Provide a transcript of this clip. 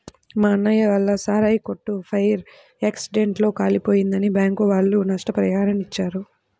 మా అన్నయ్య వాళ్ళ సారాయి కొట్టు ఫైర్ యాక్సిడెంట్ లో కాలిపోయిందని బ్యాంకుల వాళ్ళు నష్టపరిహారాన్ని ఇచ్చారు